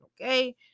okay